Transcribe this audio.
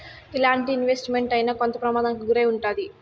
ఎలాంటి investment అయినా కొంత ప్రమాదానికి గురై ఉంటాది